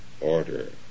order